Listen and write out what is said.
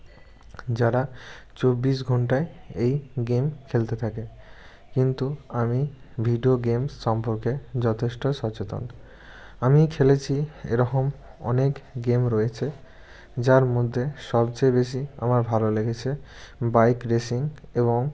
যারা চব্বিশ ঘন্টাই এই গেম খেলতে থাকে কিন্তু আমি ভিডিও গেম সম্পর্কে যথেষ্ট সচেতন আমি খেলেছি এরকম অনেক গেম রয়েছে যার মধ্যে সবচেয়ে বেশি আমার ভালো লেগেছে বাইক রেসিং এবং